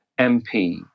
MP